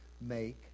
make